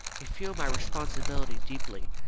i feel my responsibility deeply.